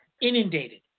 inundated